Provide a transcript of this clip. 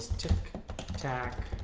tic tac